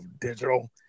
digital